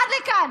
עד לכאן,